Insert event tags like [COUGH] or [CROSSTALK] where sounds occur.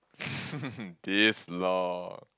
[LAUGHS] this long